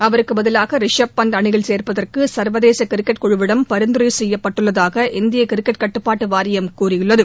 அவருக்கு பதிலாக ரிஷப் பந்த் அணியில் சேர்ப்பதற்கு சர்வதேச கிரிக்கெட் குழுவிடம் பரிந்துரை செய்யப்பட்டுள்ளதாக இந்திய கிரிக்கெட் கட்டுப்பாட்டு வாரியம் கூறியுள்ளது